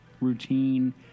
routine